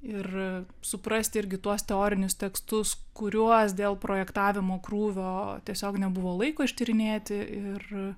ir suprasti irgi tuos teorinius tekstus kuriuos dėl projektavimo krūvio tiesiog nebuvo laiko ištyrinėti ir